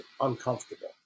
uncomfortable